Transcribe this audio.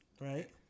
right